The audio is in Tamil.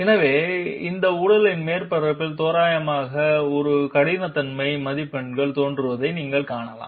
எனவே இந்த உடலின் மேற்பரப்பில் தோராயமாக அந்த கடினத்தன்மை மதிப்பெண்கள் தோன்றுவதை நீங்கள் காணலாம்